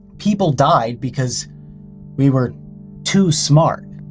people died because we were too smart.